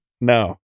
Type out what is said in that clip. no